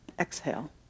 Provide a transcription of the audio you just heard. Exhale